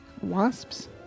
wasps